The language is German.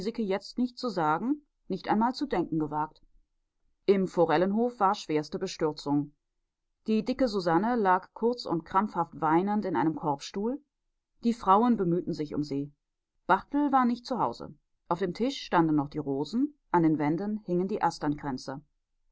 jetzt nicht zu sagen nicht einmal zu denken gewagt im forellenhof war schwerste bestürzung die dicke susanne lag kurz und krampfhaft weinend in einem korbstuhl die frauen bemühten sich um sie barthel war nicht zu hause auf dem tisch standen noch die rosen an den wänden hingen die